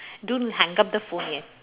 don't hang up the phone yet